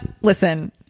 Listen